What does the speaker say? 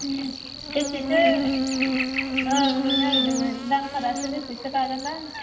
बेसेसो ओं लुनो नागिरदोंमोन दामफोरासो बेसेसो जागोन बा